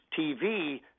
TV